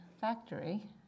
factory